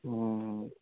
হুম